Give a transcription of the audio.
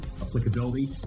applicability